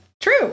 True